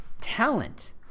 talent